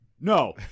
no